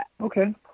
Okay